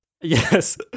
Yes